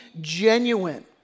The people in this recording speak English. genuine